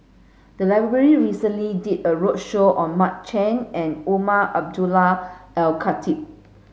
the library recently did a roadshow on Mark Chan and Umar Abdullah Al Khatib